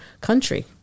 country